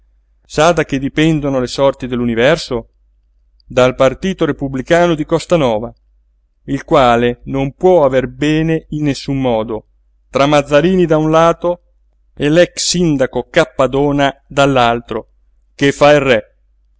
da che dipendono le sorti dell'universo dal partito repubblicano di costanova il quale non può aver bene in nessun modo tra mazzarini da un lato e l'ex-sindaco cappadona dall'altro che fa il re